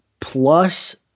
Plus